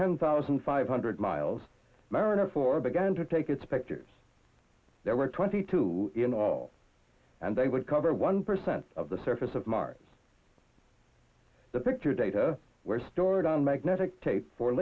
ten thousand five hundred miles mariner four began to take its pictures there were twenty two in all and they would cover one percent of the surface of mars the picture data were stored on magnetic tape for